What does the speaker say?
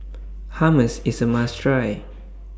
Hummus IS A must Try